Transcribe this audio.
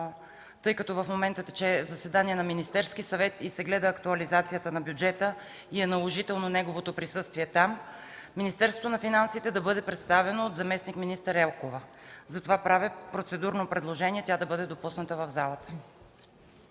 тъй като в момента тече заседание на Министерския съвет и се гледа актуализацията на бюджета, и е наложително неговото присъствие там, Министерството на финансите да бъде представено от заместник-министър Елкова. Правя процедурно предложение тя да бъде допусната в залата.